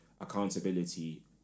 accountability